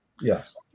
yes